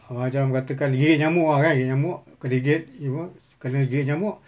err macam katakan gigit nyamuk ah kan gigit nyamuk kena gigit apa kena gigit nyamuk